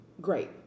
Great